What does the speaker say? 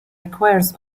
requires